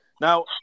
Now